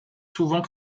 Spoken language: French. souvent